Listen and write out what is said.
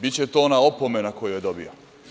Biće to ona opomena koju je dobio.